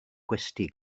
gwesty